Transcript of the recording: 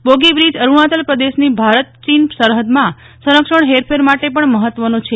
Boghi bridge Arunachal પ્રદેશની ભારત ચીન સરહદમાં સંરક્ષણ હેરફેર માટે પણ મહત્વનો છે